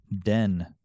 den